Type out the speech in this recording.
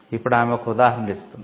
ఇప్పుడు ఆమె ఒక ఉదాహరణ ఇస్తుంది